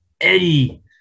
Eddie